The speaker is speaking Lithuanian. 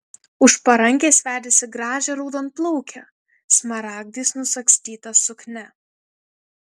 už parankės vedėsi gražią raudonplaukę smaragdais nusagstyta suknia